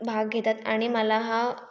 भाग घेतात आणि मला हा